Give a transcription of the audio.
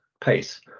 pace